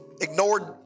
ignored